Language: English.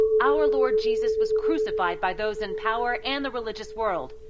our lord jesus was crucified by those in power and the religious world.